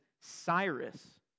Cyrus